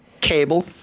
cable